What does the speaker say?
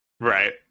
Right